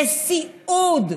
בסיעוד,